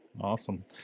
Awesome